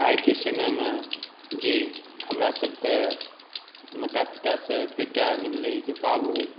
आइके समयमे जे हमरासभके माता पितासे एतबे टा मिललै जे बाबू